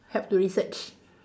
help to research